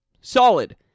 Solid